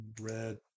red